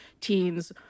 teens